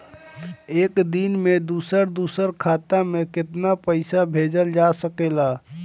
एक दिन में दूसर दूसर खाता में केतना पईसा भेजल जा सेकला?